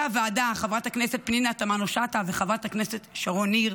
הוועדה חברת הכנסת פנינה תמנו שטה וחברת הכנסת שרון ניר,